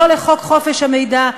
לא לחוק חופש המידע,